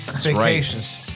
vacations